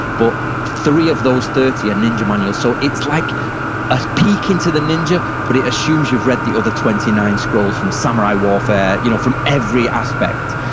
but three of those thirty are ninja manuals. so it's like a peek into the ninja, but it assumes you've read the other twenty nine scrolls from samurai warfare, you know from every aspect.